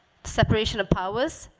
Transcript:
separation of powers,